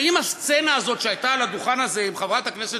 האם הסצנה הזאת שהייתה על הדוכן הזה עם חברת הכנסת